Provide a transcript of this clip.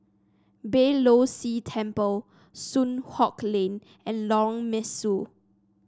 Beeh Low See Temple Soon Hock Lane and Lorong Mesu